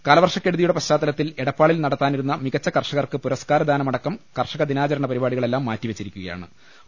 കാലവർഷക്കെടുതിയുടെ പശ്ചാത്തലത്തിൽ എടപ്പാളിൽ നട ത്താനിരുന്ന മികച്ച കർഷകർക്ക് പുരസ്കാര ദാനമടക്കം കർഷക ദിനാചരണ പരിപാടികളെല്ലാം മാറ്റിവെച്ചിരിക്കുകയാ ണ്